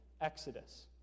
Exodus